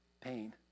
pain